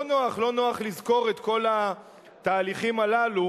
לא נוח, לא נוח לזכור את כל התהליכים הללו,